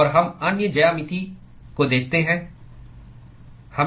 और हम अन्य ज्यामिति को देखते हैं